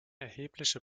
erhebliche